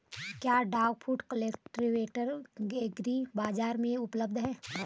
क्या duck foot cultivator agri बाज़ार में उपलब्ध है?